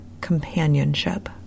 companionship